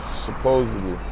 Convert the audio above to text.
Supposedly